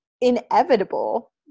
inevitable